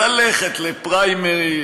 ללכת לפריימריז,